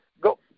go